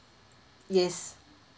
yes